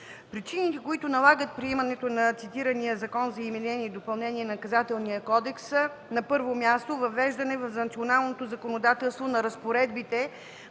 Причините, които налагат приемането на цитирания Закон за изменение и допълнение на Наказателния кодекс, на първо място, въвеждане в националното законодателство на разпоредбите